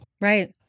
Right